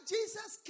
Jesus